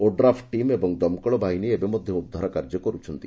ODRAF team ଏବଂ ଦମକଳ ବାହିନୀ ଏବେ ମଧ୍ଧ ଉଦ୍ଧାର କାର୍ଯ୍ୟ କରୁଛନ୍ତି